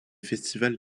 festivals